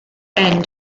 end